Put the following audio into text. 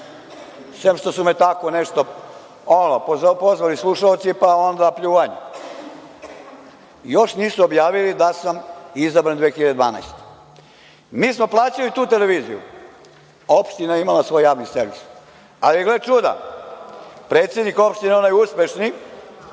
sem što su me tako nešto pozivali slušaoci pa onda pljuvanje, još nisu objavili da sam izabran 2012. godine. Mi smo plaćali tu televiziju, opština je imala svoj javni servis, ali, gle čuda – predsednik opštine, onaj uspešni,